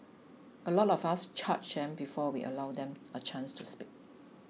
a lot of us judge them before we allow them a chance to speak